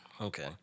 okay